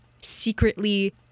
secretly